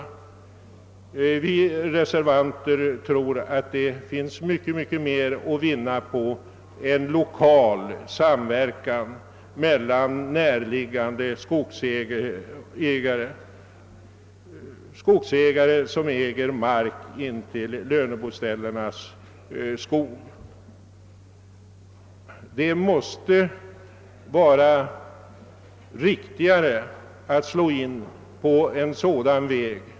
Vi reservanter tror att det är mycket mer att vinna på en lokal samverkan med ägare av mark intill löneboställenas skog. Det måste vara riktigare att slå in på en sådan väg.